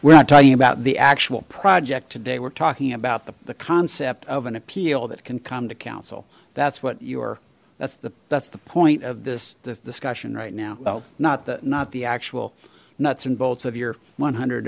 we're not talking about the actual project today we're talking about the concept of an appeal that can come to council that's what your that's the that's the point of this discussion right now well not that not the actual nuts and bolts of your one hundred